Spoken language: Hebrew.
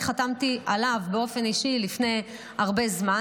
אני חתמתי עליו באופן אישי לפני הרבה זמן.